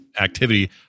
activity